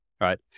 Right